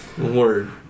word